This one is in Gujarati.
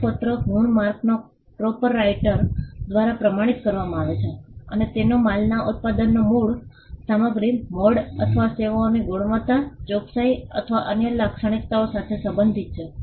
પ્રમાણપત્ર ગુણ માર્કના પ્રોપરાઇટર દ્વારા પ્રમાણિત કરવામાં આવે છે અને તેઓ માલના ઉત્પાદનના મૂળ સામગ્રી મોડ અથવા સેવાઓની ગુણવત્તા ચોકસાઈ અથવા અન્ય લાક્ષણિકતાઓ સાથે સંબંધિત છે